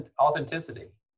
authenticity